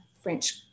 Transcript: French